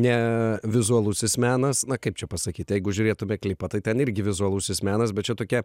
ne vizualusis menas na kaip čia pasakyt jeigu žiūrėtume klipą tai ten irgi vizualusis menas bet čia tokia